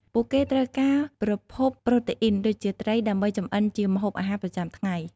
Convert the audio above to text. ពួកគេត្រូវការប្រភពប្រូតេអ៊ីនដូចជាត្រីដើម្បីចម្អិនជាម្ហូបអាហារប្រចាំថ្ងៃ។